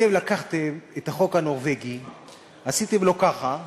אתם לקחתם את החוק הנורבגי, עשיתם לו ככה,